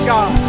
God